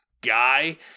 guy